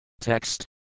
TEXT